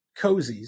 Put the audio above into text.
cozies